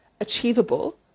achievable